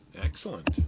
Excellent